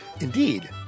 Indeed